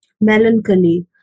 melancholy